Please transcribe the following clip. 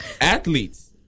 athletes